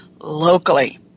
locally